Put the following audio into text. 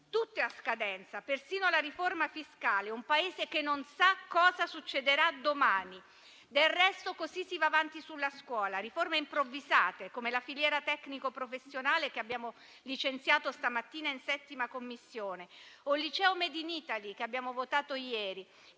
riforme a scadenza, persino la riforma fiscale. È un Paese che non sa cosa succederà domani. Del resto, così si va avanti sulla scuola, con riforme improvvisate, come la filiera tecnico professionale che abbiamo licenziato stamattina in 7ª Commissione o il liceo *made in Italy,* che abbiamo votato ieri,